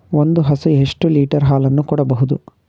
ಒಂದು ಹಸು ಎಷ್ಟು ಲೀಟರ್ ಹಾಲನ್ನು ಕೊಡಬಹುದು?